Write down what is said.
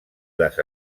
les